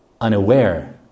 unaware